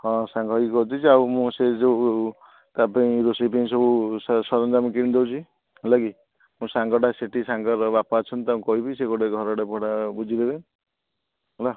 ହଁ ସାଙ୍ଗ ହୋଇକି ଅଛି ଯେ ଆଉ ମୁଁ ସେ ଯେଉଁ ତା ପାଇଁ ରୋଷେଇ ପାଇଁ ସବୁ ସରଞ୍ଜାମ କିଣି ଦେଉଛି ହେଲାକି ମୋ ସାଙ୍ଗଟା ସେଇଠି ସାଙ୍ଗର ବାପା ଅଛନ୍ତି ତାଙ୍କୁ କହିବି ସେ ଗୋଟେ ଘରଟେ ଭଡା ବୁଝିଦେବେ ହେଲା